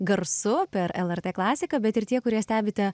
garsu per lrt klasiką bet ir tie kurie stebite